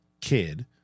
kid